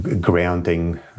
grounding